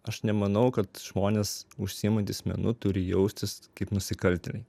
aš nemanau kad žmonės užsiimantys menu turi jaustis kaip nusikaltėliai